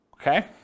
Okay